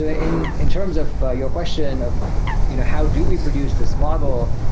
ah in in terms of your question of you know how do we produce this model.